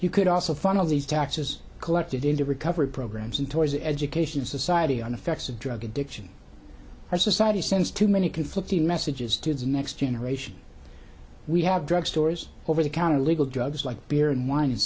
you could also funnel these taxes collected into recovery programs and toys education society on effects of drug addiction our society since too many conflicting messages to the next generation we have drugstores over the counter legal drugs like beer and wine and